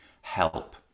help